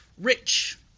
rich